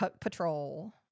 patrol